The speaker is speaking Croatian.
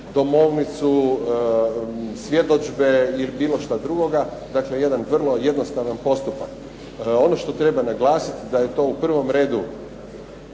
domovnicu, svjedodžbe ili bilo šta drugoga. Dakle jedan vrlo jednostavan postupak. Ono što treba naglasiti da je to u prvom redu